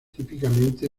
típicamente